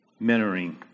mentoring